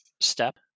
step